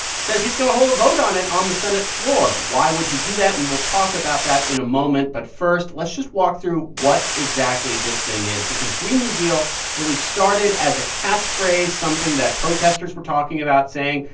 says he's going to hold a vote on it on the senate floor. why would he do that? we will talk about that in a moment. but first, let's just walk through what exactly this thing is because green new deal really started as a catchphrase, something that protesters were talking about, saying,